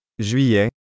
Juillet